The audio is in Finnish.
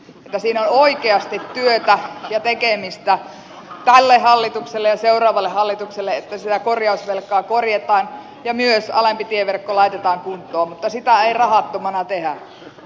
siinä on oikeasti työtä ja tekemistä tälle hallitukselle ja seuraavalle hallitukselle että sitä korjausvelkaa korjataan ja myös alempi tieverkko laitetaan kuntoon mutta sitä ei rahattomana tehdä